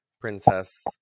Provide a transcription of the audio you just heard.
princess